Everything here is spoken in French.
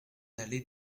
allée